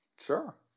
Sure